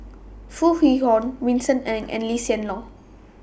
Foo Kwee Horng Vincent Ng and Lee Hsien Loong